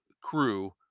crew